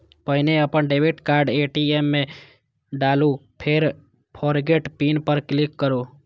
पहिने अपन debit card ATM मे डालू, फेर फोरगेट पिन पर क्लिक करू